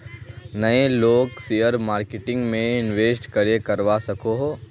नय लोग share marketing में इंवेस्ट करे करवा सकोहो?